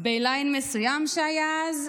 בליין מסוים שהיה אז,